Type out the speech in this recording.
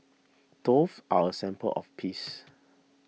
doves are a symbol of peace